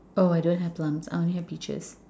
oh I don't have plums I only have peaches